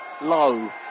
Low